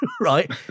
right